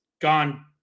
gone